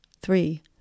three